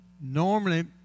Normally